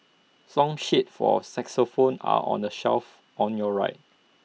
song sheets for xylophones are on the shelf on your right